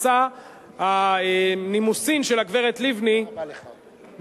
מסע הנימוסים של הגברת לבני בארצות-הברית